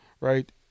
right